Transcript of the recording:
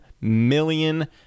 million